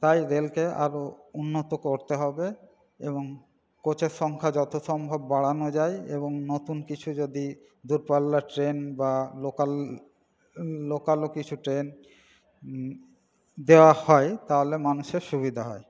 তাই রেলকে আরও উন্নত করতে হবে এবং কোচের সংখ্যা যত সম্ভব বাড়ানো যায় এবং নতুন কিছু যদি দূরপাল্লার ট্রেন বা লোকাল লোকালও কিছু ট্রেন দেওয়া হয় তাহলে মানুষের সুবিধা হয়